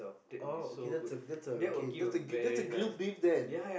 oh okay that's a that's a okay that's a grilled beef then